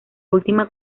última